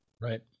Right